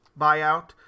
buyout